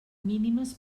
mínimes